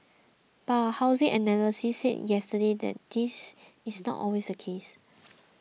but a housing analyst said yesterday this is not always the case